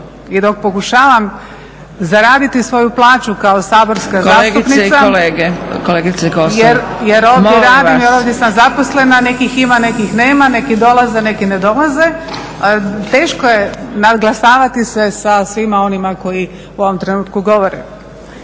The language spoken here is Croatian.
Kosor molim vas. **Kosor, Jadranka (Nezavisni)** Jer ovdje radim, jer ovdje sam zaposlena, nekih ima, nekih nema, neki dolaze, neki ne dolaze. Teško je nadglasavati se sa svima onima koji u ovom trenutku govore.